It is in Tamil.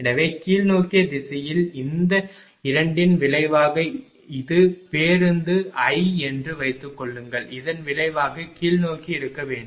எனவே கீழ்நோக்கிய திசையில் இந்த இரண்டின் விளைவாக இது பேருந்து i என்று வைத்துக்கொள்வோம் இதன் விளைவாக கீழ்நோக்கி இருக்க வேண்டும்